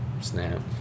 snap